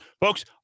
Folks